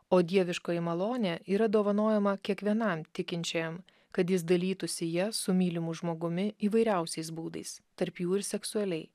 o dieviškoji malonė yra dovanojama kiekvienam tikinčiajam kad jis dalytųsi ja su mylimu žmogumi įvairiausiais būdais tarp jų ir seksualiai